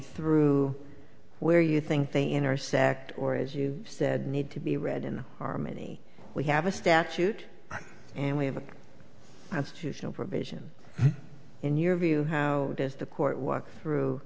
through where you think they intersect or as you said need to be read in harmony we have a statute and we have a provision in your view how does the court walk through